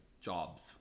jobs